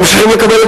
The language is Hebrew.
הם ממשיכים לקבל שכר,